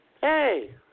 Hey